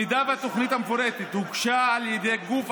במידה שהתוכנית המפורטת הוגשה על ידי גוף אחר,